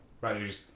Right